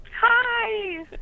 Hi